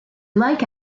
like